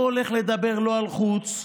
לא הולך לדבר לא על חוץ,